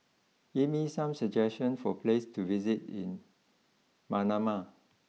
give me some suggestions for places to visit in Manama